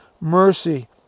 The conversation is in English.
mercy